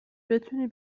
بتونی